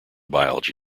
biology